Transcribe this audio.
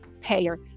payer